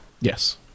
yes